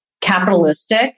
capitalistic